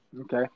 Okay